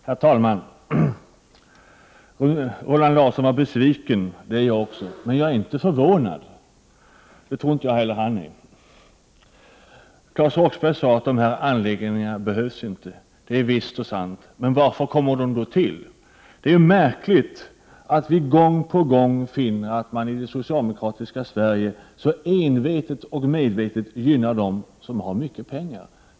Herr talman! Roland Larsson var besviken. Det är jag också. Men jag är inte förvånad. Det tror jag inte heller att han är. Claes Roxbergh sade att dessa anläggningar inte behövs. Det är visst och sant. Men varför kommer de då till? Det är märkligt att vi gång på gång finner att man i det socialdemokratiska Sverige så envetet och medvetet gynnar dem som har mycket pengar.